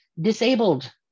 disabled